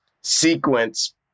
sequence